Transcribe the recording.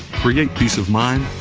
create peace of mind,